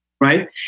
right